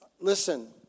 listen